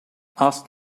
asked